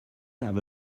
have